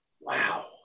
Wow